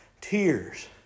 Tears